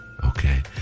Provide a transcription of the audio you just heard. Okay